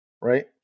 right